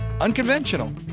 Unconventional